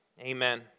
Amen